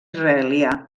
israelià